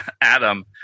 Adam